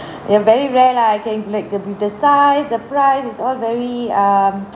ya very rare lah I can like to be the size the price is all very um